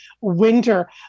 winter